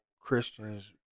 Christians